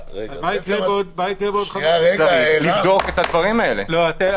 יש לבדוק את הדברים הללו.